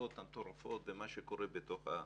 והנסיעות המטורפות ומה שקורה בתוך היישובים.